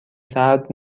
سرد